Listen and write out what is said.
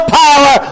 power